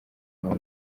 haba